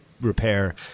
repair